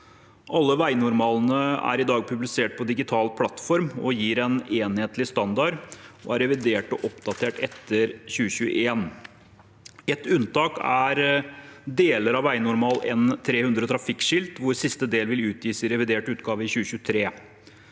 Alle vegnormalene er i dag publisert på en digital plattform. De gir en enhetlig standard og er revidert og oppdatert etter 2021. Et unntak er deler av vegnormal N300 Trafikkskilt, hvor siste del vil utgis i revidert utgave i 2023.